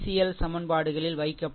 L சமன்பாடுகளில் வைக்கப்படும்